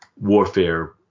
warfare